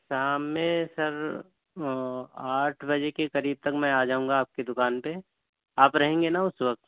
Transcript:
شام میں سر آٹھ بجے کے قریب تک میں آ جاؤں گا آپ کی دکان پہ آپ رہیں گے نا اس وقت